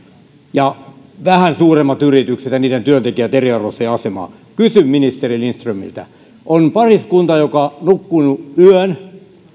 ja vähän suuremmat yritykset ja niiden työntekijät eriarvoiseen asemaan kysyn ministeri lindströmiltä on pariskunta joka on nukkunut yön